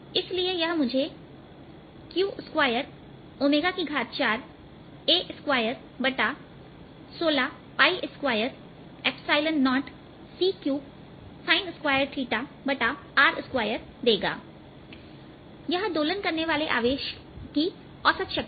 इसलिए यह मुझे q24A21620 c3 sin2r2देगा यह दोलन करने वाले आवेश की औसत शक्ति है